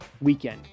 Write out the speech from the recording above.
weekend